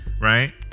right